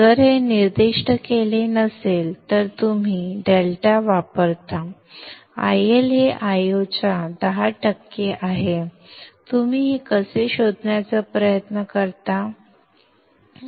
जर हे निर्दिष्ट केले नसेल तर तुम्ही डेल्टा वापरता IL हे Io च्या 10 टक्के आहे तुम्ही हे कसे शोधण्याचा प्रयत्न करता